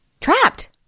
trapped